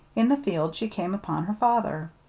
in the field she came upon her father.